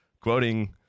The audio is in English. quoting